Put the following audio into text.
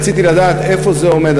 רציתי לדעת איפה זה עומד,